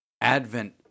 Advent